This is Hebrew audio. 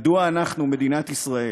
מדוע אנחנו, מדינת ישראל